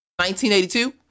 1982